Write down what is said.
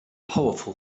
powerful